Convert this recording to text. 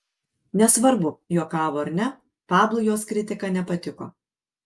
nesvarbu juokavo ar ne pablui jos kritika nepatiko